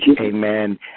amen